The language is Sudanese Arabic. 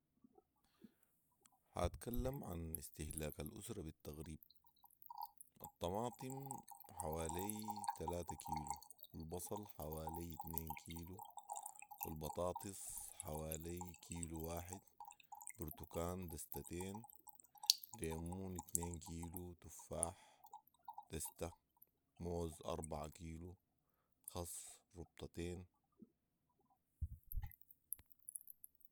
حاتكلم عن استهلاك الاسره بالتقريب الطماطم حوالي تلاته كيلو ،البصل حوالي اتنين كيلو ، البطاطس حوالي كيلو واحد، برتكان دستتين ،ليمون اتنين كيلو، تفاح دسته ، موز اربعه كيلو، خص ربطتين